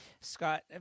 Scott